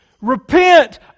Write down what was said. repent